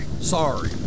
Sorry